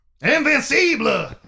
Invincible